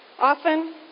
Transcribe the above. Often